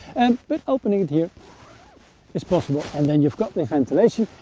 and but, opening here is possible, and then you've got the ventilation,